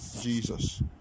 Jesus